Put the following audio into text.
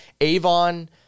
Avon